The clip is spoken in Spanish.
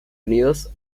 unidos